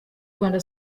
rwanda